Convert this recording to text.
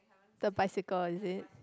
the bicycle is it